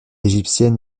égyptiennes